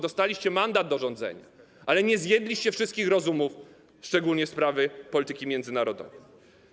Dostaliście mandat do rządzenia, ale nie zjedliście wszystkich rozumów, szczególnie jeżeli chodzi o sprawy polityki międzynarodowej.